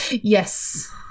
Yes